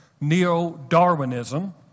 neo-Darwinism